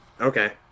Okay